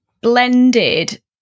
blended